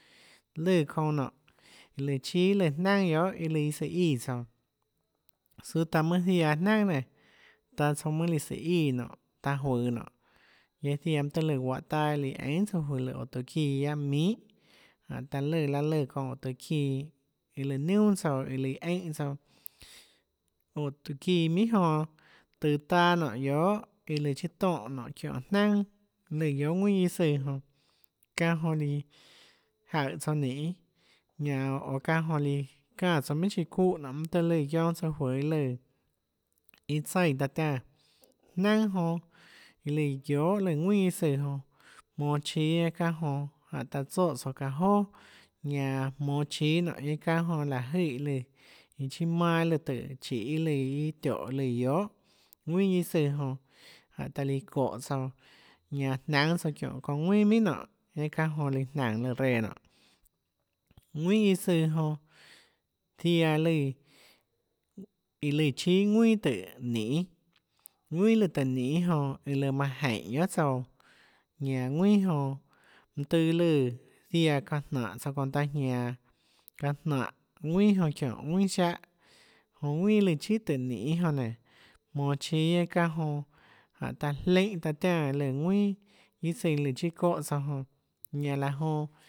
Lùã çonã nonê lùã chíà lùã guiohà jnaønà iâ søã íã tsouã sùà taã mønâ ziaã jnaønà nénå taã tsouã mønâ lùã sùhå íãnonå taã juøå nonê ziaã mønâ tøhê lùã guahå taâ iã lùã einhà tsouã juøå lùã óå taã çiã guiaâ minhà jánhå taã lùã laê lùã çounã óå taã çiã iâ lùã niunà tsouã iã lùã eínhã tsouã óå tuã çiã minhà jonã tøå taâ nonê guiohà iâ lùã siâ tonè nonê çiónhå jnaønà lùã guiohà ðuinà guiâ søã jonã çánhã jonã líã jaùhå tsouã ninê oå çánhã jonã líã çánã tsouã minhà chiã çúhã nonê mønâ tøhê lùã guionâ tsouã juøå iâ lùã iâ tsaíã taã tiánã jnaønà jonã iã lùã guiohà ðuinà guiâ søã jonã jmonå chíâ guiaâ çánhã jonã taã tsoè tsouã çaã joà ñanã jmonå chíâ nonê çánhã jonã jonã láhå jøè iã lùã chiâ manâ iâ lùã tùhå chiê ià iâ tiónhå iâ lùã guiohà ðuinà guiâ søã jonã jánhå taã líã çóhå tsouã ñanã jnaùnâ tsouã çiónhå çounã ðuinà minhà nonê çánhã jonã lùã jnaùnå lùã reã nonê ðuinà guiâ søã jonã ziaã iã lùã iã lùã chíà ðuinà tùhå ninê ðuinà lùã tùhå ninê jonã iâ lùã manã jeínhå guiohà tsouã ñanã ðuinã jonã mønâ tøhê lùã jonã ziaã çaã jnáhå tsouã çounã taã jianå çaã jnánhå ðuinà jonã çiónhå ðuinà siáhã jonã ðuinà lùã chíà tùhå ninê jonã nénå jmonå chíâ guiaâ çánhã jonã jánhå taã jleínhã taã tiánã iâ lùã ðuinà guiâ søã iã chiâ çóhã tsouã jonã ñanã laã jonã